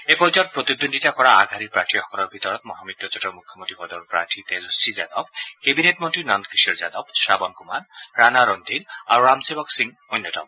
এই পৰ্যায়ত প্ৰতিদ্বন্দ্বিতা কৰা আগশাৰীৰ প্ৰাৰ্থীসকলৰ ভিতৰত মহা মিত্ৰজোঁটৰ মুখ্যমন্ত্ৰী পদৰ প্ৰাৰ্থী তেজস্বী যাদৱ কেবিনেট মন্ত্ৰী নন্দ কিশোৰ যাদৱ শ্ৰাৱণ কুমাৰ ৰাণা ৰন্ধিৰ আৰু ৰামসেৱক সিং অন্যতম